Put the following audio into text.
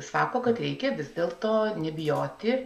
sako kad reikia vis dėlto nebijoti